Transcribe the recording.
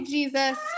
Jesus